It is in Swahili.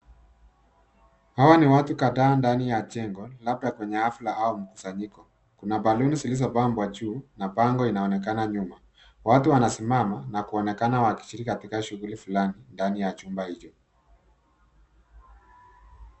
hawa ni watu kadhaa ndani ya jengo labda kwenye hafla au mkusanyiko. Kuna baluni zilizo pambwa juu na bango inaonekana nyuma. Watu wanasimama na kuonekana wakishiriki katika shughuli fulani ndani ya chumba hicho.